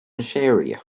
sharia